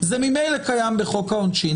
זה ממילא קיים בחוק העונשין.